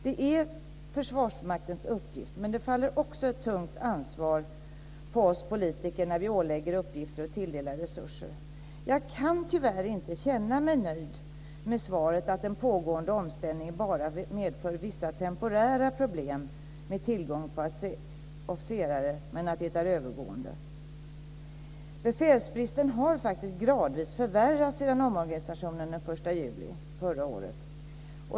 Det är Försvarsmaktens uppgift, men det faller också ett tungt ansvar på oss politiker när vi ålägger uppgifter och tilldelar resurser. Jag kan tyvärr inte känna mig nöjd med svaret att den pågående omställningen bara medför vissa temporära problem med tillgång på officerare men att det är övergående. Befälsbristen har gradvis förvärrats sedan omorganisationen den 1 juli förra året.